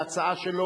וההצעה שלו,